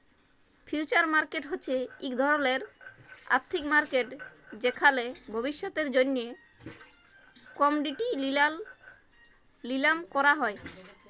future market হছে ইক ধরলের আথ্থিক মার্কেট যেখালে ভবিষ্যতের জ্যনহে কমডিটি লিলাম ক্যরা হ্যয়